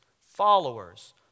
followers